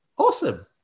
Awesome